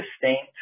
distinct